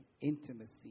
intimacy